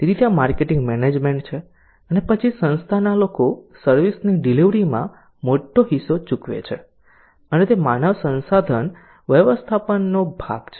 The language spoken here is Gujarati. તેથી ત્યાં માર્કેટિંગ મેનેજમેન્ટ છે અને પછી સંસ્થાના લોકો સર્વિસ ની ડિલિવરીમાં મોટો હિસ્સો ચૂકવે છે અને તે માનવ સંસાધન વ્યવસ્થાપનનો ભાગ છે